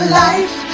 life